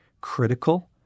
critical